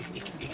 you!